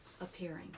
appearing